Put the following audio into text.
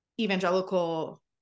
evangelical